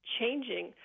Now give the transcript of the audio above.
changing